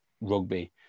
rugby